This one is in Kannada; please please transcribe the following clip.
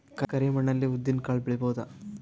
ಕರಿ ಮಣ್ಣ ಅಲ್ಲಿ ಉದ್ದಿನ್ ಕಾಳು ಬೆಳಿಬೋದ?